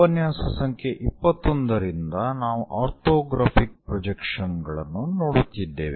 ಉಪನ್ಯಾಸ ಸಂಖ್ಯೆ 21 ರಿಂದ ನಾವು ಆರ್ಥೋಗ್ರಾಫಿಕ್ ಪ್ರೊಜೆಕ್ಷನ್ ಗಳನ್ನು ನೋಡುತ್ತಿದ್ದೇವೆ